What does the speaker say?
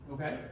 Okay